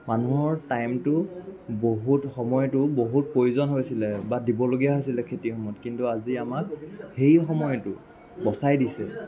মানুহৰ টাইমটো বহুত সময়টো বহুত প্ৰয়োজন হৈছিলে বা দিবলগীয়া হৈছিলে খেতিসমূহত কিন্তু আজি আমাক সেই সময়টো বচাই দিছে